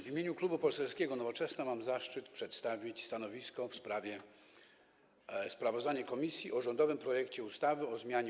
W imieniu Klubu Poselskiego Nowoczesna mam zaszczyt przedstawić stanowisko w sprawie sprawozdania komisji o rządowym projekcie ustawy o zmianie